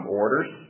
orders